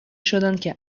شدندکه